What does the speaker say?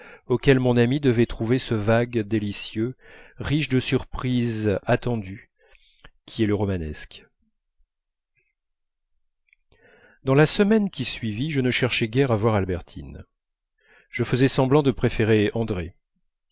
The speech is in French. auxquelles mon amie devait trouver ce vague délicieux riche de surprises attendues qui est le romanesque dans la semaine qui suivit je ne cherchai guère à voir albertine je faisais semblant de préférer andrée